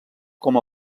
com